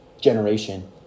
generation